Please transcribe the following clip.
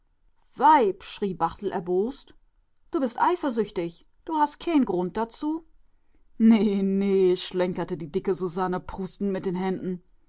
weib schrie barthel erbost du bist eifersüchtig du hast keen'n grund dazu nee nee schlenkerte die dicke susanne prustend mit den händen